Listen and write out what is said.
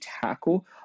tackle